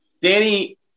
Danny